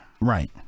Right